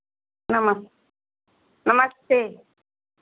नमस्ते नमस्ते